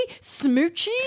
Smoochie